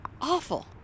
awful